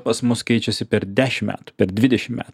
pas mus keičiasi per dešimt metų per dvidešimt metų